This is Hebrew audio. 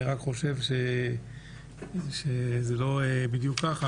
אני רק חושב שזה לא בדיוק כך.